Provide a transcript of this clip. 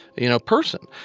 you know, person.